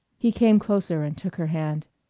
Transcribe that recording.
he came closer and took her hand.